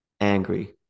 angry